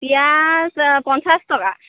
পিঁয়াজ পঞ্চাছ টকা